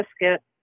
biscuit